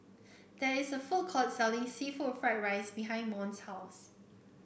there is a food court selling seafood Fried Rice behind Mont's house